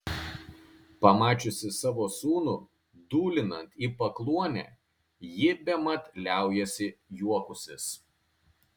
pamačiusi savo sūnų dūlinant į pakluonę ji bemat liaujasi juokusis